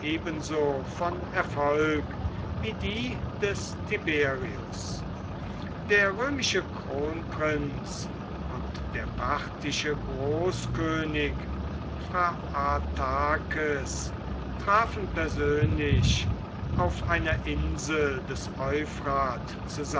ebenso von erfolg wie die des tiberius der römische kronprinz und der parthische großkönig phraatakes trafen persönlich auf einer insel des